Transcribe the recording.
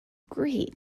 great